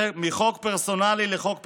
מחוק פרסונלי לחוק פרסונלי,